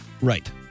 right